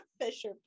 Fisher